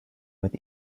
with